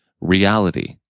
reality